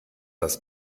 das